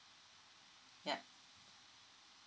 yeah